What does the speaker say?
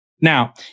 Now